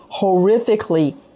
horrifically